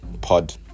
pod